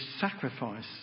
sacrifice